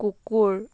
কুকুৰ